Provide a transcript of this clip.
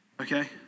Okay